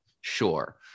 Sure